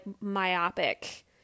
myopic